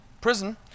prison